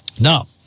Now